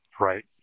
Right